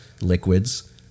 liquids